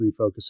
refocusing